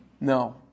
No